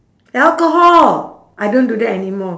alcohol I don't do that anymore